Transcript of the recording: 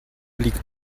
liegt